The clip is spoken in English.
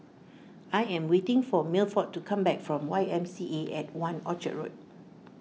I am waiting for Milford to come back from Y M C A at one Orchard